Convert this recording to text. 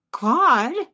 God